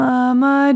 Mama